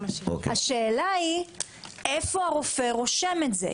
השאלה היא איפה הרופא רושם את זה.